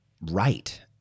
right